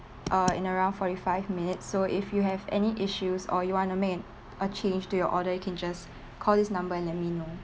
uh in around forty five minutes so if you have any issues or you wanna make a change to your order you can just call this number and let me know